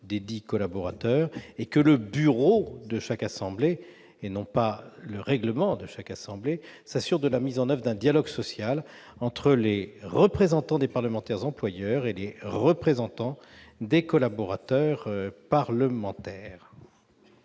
desdits collaborateurs. Le bureau de chaque assemblée, et non le règlement, s'assure de la mise en oeuvre d'un dialogue social entre les représentants des parlementaires employeurs et les représentants des collaborateurs parlementaires.